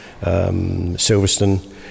Silverstone